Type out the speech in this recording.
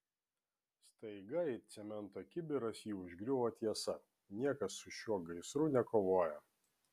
staiga it cemento kibiras jį užgriuvo tiesa niekas su šiuo gaisru nekovoja